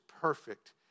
perfect